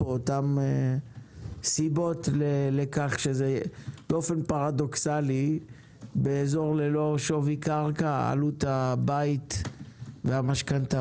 הסיבות לכך שזה באופן פרדוקסלי באזור ללא שווי קרקע עלות הבית והמשכנתא